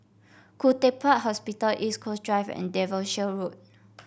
Khoo Teck Puat Hospital East Coast Drive and Devonshire Road